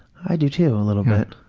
i do, too, a little bit.